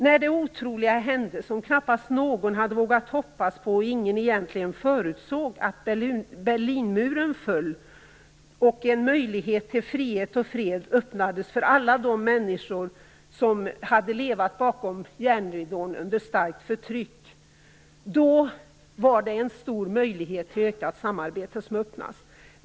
När det otroliga hände som knappast någon hade vågat hoppas på och ingen egentligen förutsåg, att Berlinmuren föll och en möjlighet till frihet och fred öppnades för alla de människor som hade levt bakom järnridån under starkt förtryck, då öppnades en stor möjlighet till ökat samarbete.